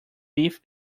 beef